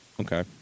Okay